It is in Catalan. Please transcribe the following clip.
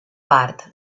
part